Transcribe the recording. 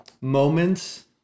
moments